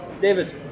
David